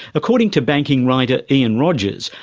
according to banking writer, ian rogers,